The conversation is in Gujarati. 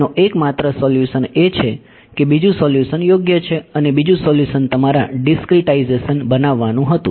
તેનો એકમાત્ર સોલ્યુશન એ છે કે બીજુ સોલ્યુશન યોગ્ય છે અને બીજુ સોલ્યુશન તમારા ડીસ્ક્રિટાઇઝેશન બનાવવાનો હતું